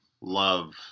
Love